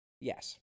yes